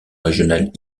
régionale